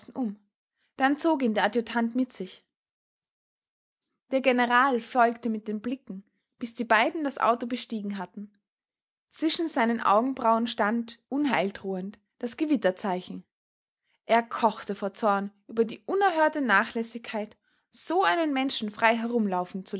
um dann zog ihn der adjutant mit sich der general folgte mit den blicken bis die beiden das auto bestiegen hatten zwischen seinen augenbrauen stand unheildrohend das gewitterzeichen er kochte vor zorn über die unerhörte nachlässigkeit so einen menschen frei herumlaufen